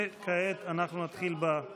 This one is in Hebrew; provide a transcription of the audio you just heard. כעת אנחנו נתחיל בדיון הסיעתי,